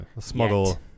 Smuggle